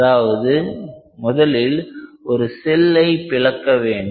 அதாவது முதலில் ஒரு செல்லை பிளக்க வேண்டும்